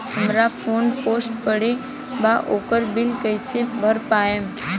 हमार phone postpaid बा ओकर बिल कईसे भर पाएम?